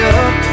up